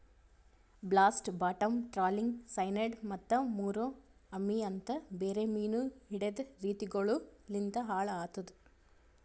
blast, bottom trawling, cyanide ಮತ್ತ ಮುರೋ ಅಮಿ ಅಂತ್ ಬೇರೆ ಮೀನು ಹಿಡೆದ್ ರೀತಿಗೊಳು ಲಿಂತ್ ಹಾಳ್ ಆತುದ್